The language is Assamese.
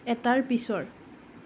এটাৰ পিছৰ